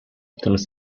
turns